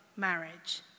marriage